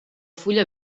fulla